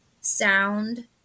Sound